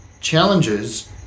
challenges